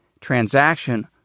transaction